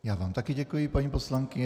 Já vám také děkuji, paní poslankyně.